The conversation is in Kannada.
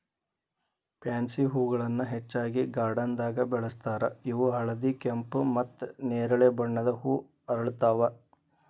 ಪ್ಯಾನ್ಸಿ ಹೂಗಳನ್ನ ಹೆಚ್ಚಾಗಿ ಗಾರ್ಡನ್ದಾಗ ಬೆಳೆಸ್ತಾರ ಇವು ಹಳದಿ, ಕೆಂಪು, ಮತ್ತ್ ನೆರಳಿ ಬಣ್ಣದ ಹೂ ಅರಳ್ತಾವ